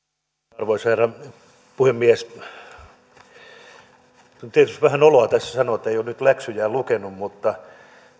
arvoisa herra puhemies on tietysti vähän noloa tässä sanoa ettei ole nyt läksyjään lukenut mutta